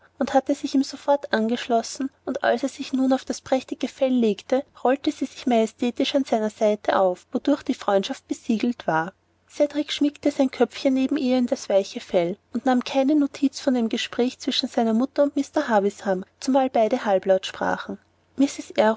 und hatte sich ihm sofort angeschlossen und als er sich nun auf das prächtige fell legte rollte sie sich majestätisch an seiner seite auf wodurch die freundschaft besiegelt war cedrik schmiegte sein köpfchen neben ihr in das weiche fell und nahm keine notiz von dem gespräch zwischen seiner mutter und mr havisham zumal beide halblaut sprachen